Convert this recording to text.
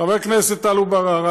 חבר הכנסת טלב אבו עראר,